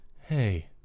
Hey